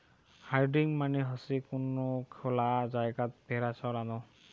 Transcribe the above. herding মানে হসে কোন খোলা জায়গাত ভেড়া চরানো